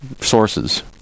sources